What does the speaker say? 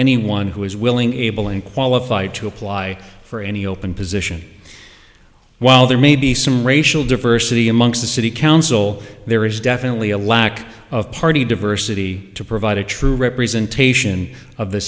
anyone who is willing able and qualified to apply for any open position while there may be some racial diversity amongst the city council there is definitely a lack of party diversity to provide a true representation of the